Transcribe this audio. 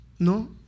No